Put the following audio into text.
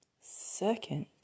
Second